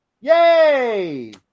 yay